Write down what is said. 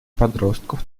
подростков